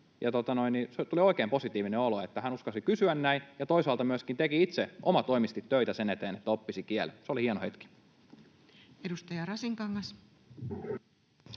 Tuli oikein positiivinen olo, että hän uskalsi kysyä näin ja toisaalta myöskin teki itse omatoimisesti töitä sen eteen, että oppisi kieltä. Se oli hieno hetki. [Speech 197]